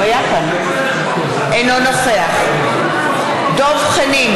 אינו נוכח דב חנין,